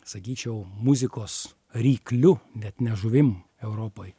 sakyčiau muzikos rykliu bet ne žuvim europoj